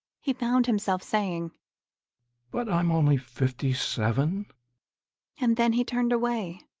he found himself saying but i'm only fifty-seven and then he turned away.